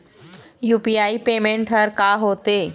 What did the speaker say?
UPI payment हर का होते?